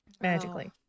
Magically